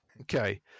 Okay